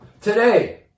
today